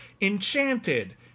enchanted